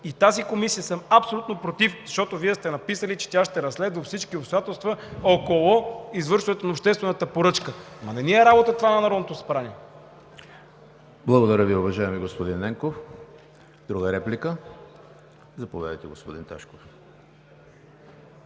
за тази комисия съм абсолютно против, защото Вие сте написали, че тя ще разследва всички обстоятелства около извършването на обществената поръчка, ама това не е работа на Народното събрание! ПРЕДСЕДАТЕЛ ЕМИЛ ХРИСТОВ: Благодаря Ви, уважаеми господин Ненков. Друга реплика? Заповядайте, господин Ташков.